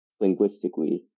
linguistically